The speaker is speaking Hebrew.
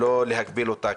הוא לא בא להגביל אותה.